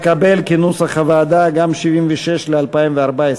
סעיף 76, תעשייה,